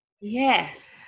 Yes